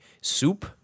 soup